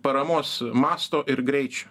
paramos masto ir greičio